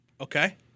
Okay